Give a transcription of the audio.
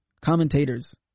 commentators